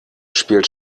spielt